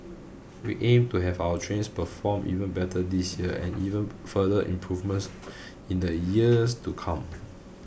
we aim to have our trains perform even better this year and even further improvements in the years to come